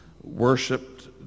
worshipped